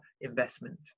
investment